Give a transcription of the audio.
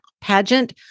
pageant